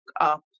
up